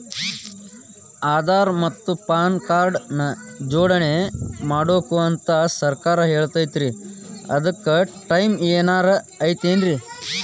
ಆಧಾರ ಮತ್ತ PAN card ನ ಜೋಡಣೆ ಮಾಡ್ಬೇಕು ಅಂತಾ ಸರ್ಕಾರ ಹೇಳೈತ್ರಿ ಅದ್ಕ ಟೈಮ್ ಏನಾರ ಐತೇನ್ರೇ?